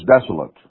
desolate